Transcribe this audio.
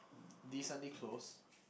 decently close